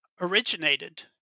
originated